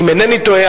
אם אינני טועה,